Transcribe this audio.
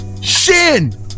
shin